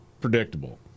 predictable